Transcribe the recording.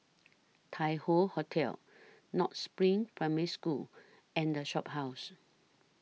Tai Hoe Hotel North SPRING Primary School and The Shophouse